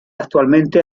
actualmente